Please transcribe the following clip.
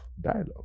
dialogue